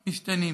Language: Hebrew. משתנים.